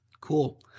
Cool